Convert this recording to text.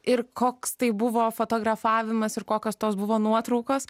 ir koks tai buvo fotografavimas ir kokios tos buvo nuotraukos